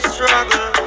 Struggle